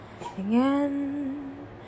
again